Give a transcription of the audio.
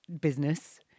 business